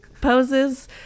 poses